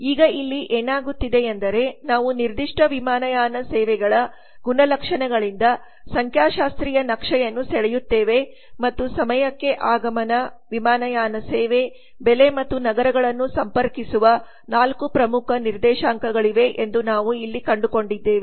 ಈಗ ಇಲ್ಲಿ ಏನಾಗುತ್ತಿದೆ ಎಂದರೆ ನಾವು ನಿರ್ದಿಷ್ಟ ವಿಮಾನಯಾನ ಸೇವೆಗಳ ಗುಣಲಕ್ಷಣಗಳಿಂದ ಸಂಖ್ಯಾಶಾಸ್ತ್ರೀಯ ನಕ್ಷೆಯನ್ನು ಸೆಳೆಯುತ್ತೇವೆ ಮತ್ತು ಸಮಯಕ್ಕೆ ಆಗಮನ ವಿಮಾನಯಾನ ಸೇವೆ ಬೆಲೆ ಮತ್ತು ನಗರಗಳನ್ನು ಸಂಪರ್ಕಿಸಿರುವ ನಾಲ್ಕು ಪ್ರಮುಖ ನಿರ್ದೇಶಾಂಕಗಳಿವೆ ಎಂದು ನಾವು ಇಲ್ಲಿ ಕಂಡುಕೊಂಡಿದ್ದೇವೆ